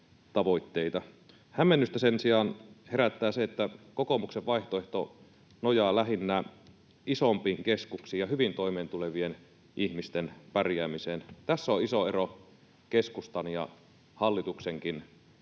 Hämmennystä sen sijaa herättää se, että kokoomuksen vaihtoehto nojaa lähinnä isompiin keskuksiin ja hyvin toimeentulevien ihmisten pärjäämiseen. Tässä on iso ero keskustan ja hallituksenkin